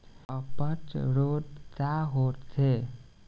अपच रोग का होखे?